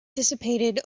dissipated